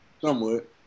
somewhat